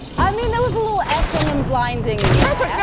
i mean, there was a little effing and blinding in